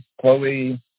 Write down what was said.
Chloe